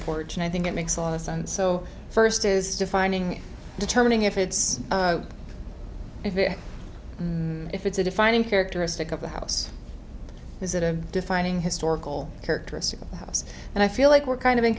porch and i think it makes a lot of sun so first is defining determining if it's if it if it's a defining characteristic of the house is it a defining historical characteristic house and i feel like we're kind of